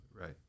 Right